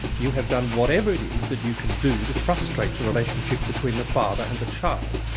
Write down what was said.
you have done whatever it is that you can do to frustrate the relationship between the father and the child.